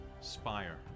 spire